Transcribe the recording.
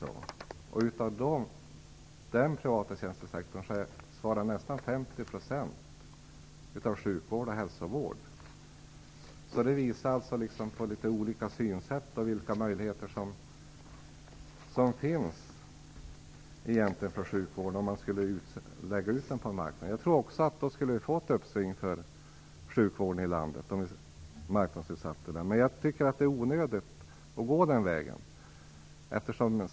Av den privata tjänstesektorn svarar sjukvården och hälsovården för nästan 50 %. Det visar på litet olika synsätt och på vilka möjligheter som egentligen skulle finnas för sjukvården om den marknadsutsattes. Jag tror att det skulle bli ett uppsving också för sjukvården i det här landet om den marknadsutsattes, men jag tycker att det är onödigt att gå den vägen.